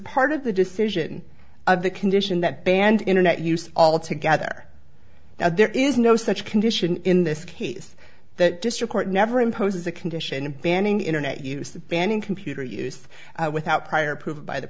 part of the decision of the condition that banned internet use all together now there is no such condition in this case the district court never imposes a condition banning internet use the banning computer use without prior approval by the